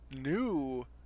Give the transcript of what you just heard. new